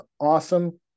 awesome